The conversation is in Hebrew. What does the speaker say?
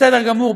בסדר גמור,